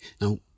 now